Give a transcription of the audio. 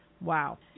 Wow